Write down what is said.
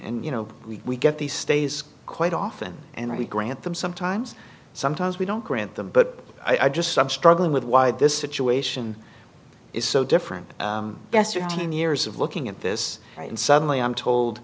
and you know we get these stays quite often and we grant them sometimes sometimes we don't grant them but i just i'm struggling with why this situation is so different yesterday in years of looking at this and suddenly i'm told